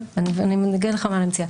אני אגיד לך איך.